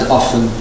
often